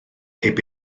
heb